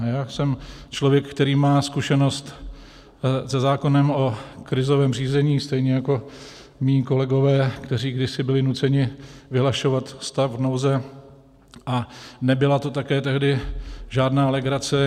Já jsem člověk, který má zkušenost se zákonem o krizovém řízení, stejně jako mí kolegové, kteří kdysi byli nuceni vyhlašovat stav nouze, a nebyla to také tehdy žádná legrace.